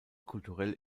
kulturell